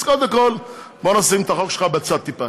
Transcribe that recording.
אז קודם כול, בוא נשים את החוק שלך בצד, טיפה.